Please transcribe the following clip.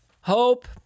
hope